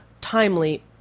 timely